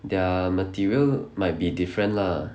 their material might be different lah